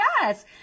yes